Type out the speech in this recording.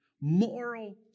moral